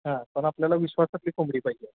हां पण आपल्याला विश्वासातली कोंबडी पाहिजे